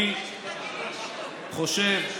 אני חושב,